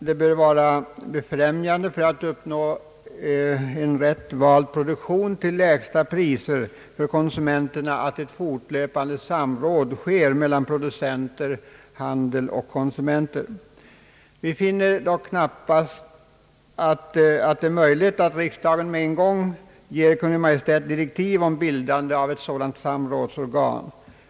Det bör befrämja uppnåendet av en rätt vald produktion till lägsta priser för konsumenterna om det sker ett fortlöpande samråd mellan producenter, handel och konsumenter. Vi finner dock knappast att det är möjligt att riksdagen med en gång ger Kungl. Maj:t direktiv till bildande av ett sådant samrådsorgan.